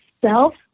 self